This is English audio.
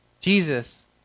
Jesus